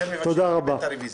לכן מבקשים את הרביזיה.